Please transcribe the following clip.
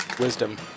Wisdom